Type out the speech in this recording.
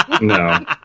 No